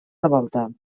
revolta